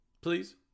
Please